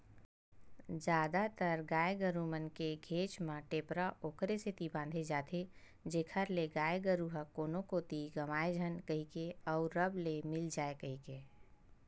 जादातर गाय गरु मन के घेंच म टेपरा ओखरे सेती बांधे जाथे जेखर ले गाय गरु ह कोनो कोती गंवाए झन कहिके अउ रब ले मिल जाय कहिके